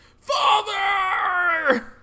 Father